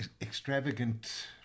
extravagant